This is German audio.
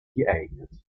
geeignet